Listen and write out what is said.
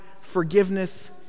forgiveness